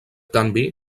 canvi